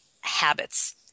habits